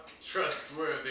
Trustworthy